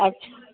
अच्छा